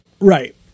Right